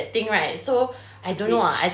bridge